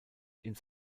ins